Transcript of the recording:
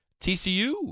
TCU